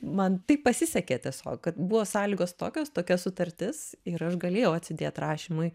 man taip pasisekė tiesiog buvo sąlygos tokios tokia sutartis ir aš galėjau atsidėt rašymui